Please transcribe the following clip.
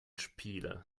spiele